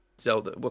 zelda